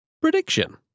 Prediction